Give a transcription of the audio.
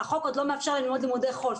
החוק עוד לא מאפשר להם ללמוד לימודי חול.